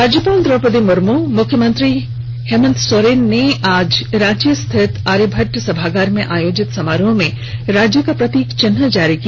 राज्यपाल द्रौपदी मुर्म मुख्यमंत्री हेमन्त सोरेन ने आज रांची स्थित आर्यभटट सभागार में आयोजित समारोह में राज्य का प्रतीक चिहन जारी किया